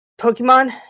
Pokemon